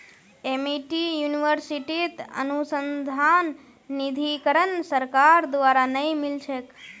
Amity यूनिवर्सिटीत अनुसंधान निधीकरण सरकार द्वारा नइ मिल छेक